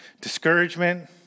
discouragement